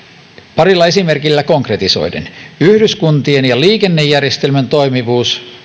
parilla esimerkillä konkretisoiden esimerkiksi yhdyskuntien ja liikennejärjestelmän toimivuus